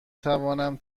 توانم